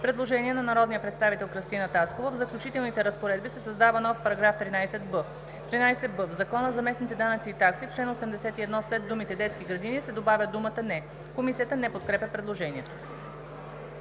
Предложение на народния представител Кръстина Таскова: „В Заключителните разпоредби се създава нов § 13б :„§ 13б. В Закона за местните данъци и такси в чл. 81 след думите „детски градини“ се добавя думата „не“.“ Комисията не подкрепя предложението.